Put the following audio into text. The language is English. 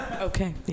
Okay